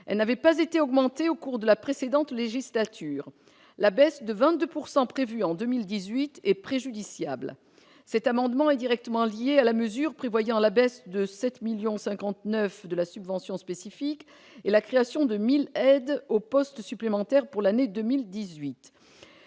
Elle n'avait pas été augmentée au cours de la précédente législature. La baisse de 22 % prévue pour 2018 est préjudiciable. Cet amendement est directement lié à la mesure prévoyant la baisse de 7,59 millions d'euros de la subvention spécifique et la création de 1 000 aides au poste supplémentaires pour l'année 2018.